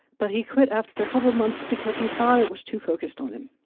but he quit after a couple of months because he thought it was too focused on him.